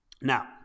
Now